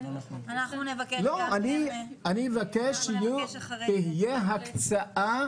אני מבקש שתהיה הקצאה